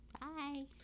Bye